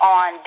on